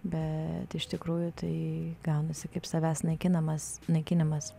bet iš tikrųjų tai gaunasi kaip savęs naikinamas naikinimas